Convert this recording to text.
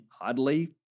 oddly